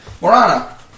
Morana